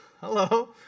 Hello